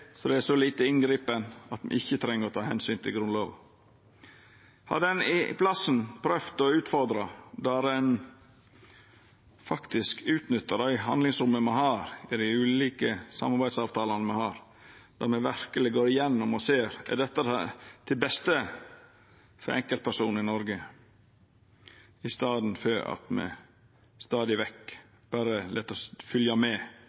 det er så lite inngripande at me ikkje treng å ta omsyn til Grunnlova. Hadde ein berre prøvd å utfordra – der ein faktisk utnyttar dei handlingsromma me har i dei ulike samarbeidsavtalane me har, der me verkeleg går igjennom og ser om det er til beste for enkeltpersonar i Noreg – i staden for at me stadig vekk berre lèt oss fylgja med